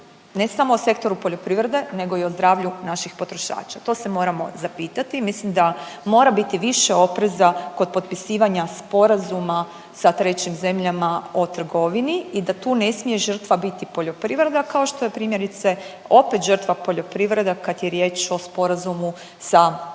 ne samo o Sektoru poljoprivrede nego i o zdravlju naših potrošača, to se moram zapitati i mislim da mora biti više opreza kod potpisivanja sporazuma sa trećim zemljama o trgovini i da tu ne smije žrtva biti poljoprivreda, kao što je primjerice opet žrtva poljoprivreda kad je riječ o sporazumu sa Nerkosurom